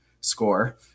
score